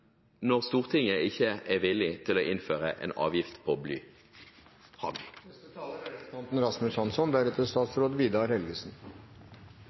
når Stortinget ikke er villig til å innføre en avgift på